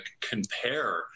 compare